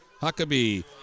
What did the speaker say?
Huckabee